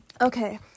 Okay